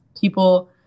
People